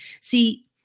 See